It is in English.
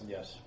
Yes